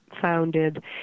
founded